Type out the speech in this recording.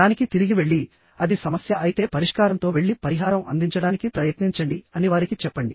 దానికి తిరిగి వెళ్లి అది సమస్య అయితే పరిష్కారంతో వెళ్లి పరిహారం అందించడానికి ప్రయత్నించండి అని వారికి చెప్పండి